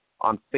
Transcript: on